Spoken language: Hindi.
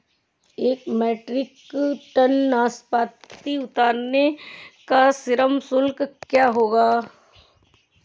एक मीट्रिक टन नाशपाती उतारने का श्रम शुल्क कितना होगा?